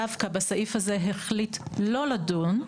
דווקא בסעיף הזה החליט לא לדון.